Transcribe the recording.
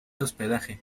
hospedaje